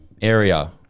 area